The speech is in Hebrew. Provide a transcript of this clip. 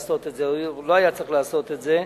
לעשות את זה או לא היה צריך לעשות את זה,